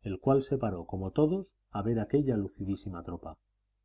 el cual se paró como todos a ver aquella lucidísima tropa